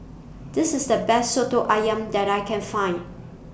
This IS The Best Soto Ayam that I Can Find